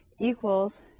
equals